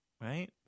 right